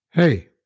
Hey